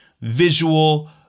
visual